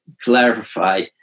clarify